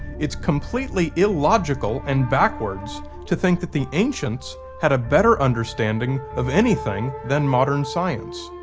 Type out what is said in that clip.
it's completely illogical and backwards to think that the ancients had a better understanding of anything than modern science.